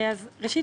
ראשית,